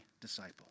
disciple